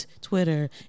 Twitter